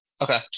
Okay